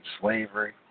slavery